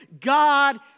God